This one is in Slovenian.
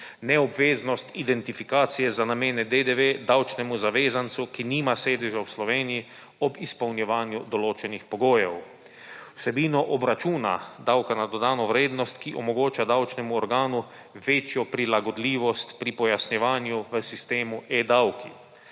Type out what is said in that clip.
neobveznost identifikacije za namene DDV davčnemu zavezancu, ki nima sedeža v Sloveniji ob izpolnjevanju določenih pogojev. Vsebino obračuna davka na dodano vrednost, ki omogoča davčnemu organu večjo prilagodljivost pri pojasnjevanju v sistemu e-davki,